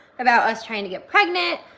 about us trying to get pregnant,